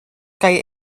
kaj